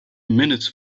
minutes